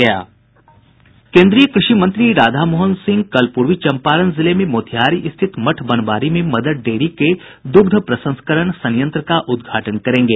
केंद्रीय कृषि मंत्री राधामोहन सिंह कल पूर्वी चंपारण जिले में मोतिहारी स्थित मठ बनवारी में मदर डेयरी के दुग्ध प्रसंस्करण संयंत्र का उद्घाटन करेंगे